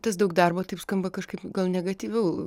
tas daug darbo taip skamba kažkaip gal negatyviau